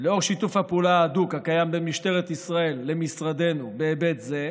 ולאור שיתוף הפעולה ההדוק הקיים בין משטרת ישראל למשרדנו בהיבט זה,